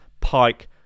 pike